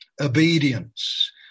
obedience